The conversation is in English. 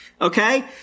Okay